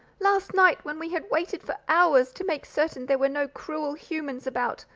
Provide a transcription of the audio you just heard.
last night, when we had waited for hours, to make certain there were no cruel humans about,